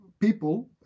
People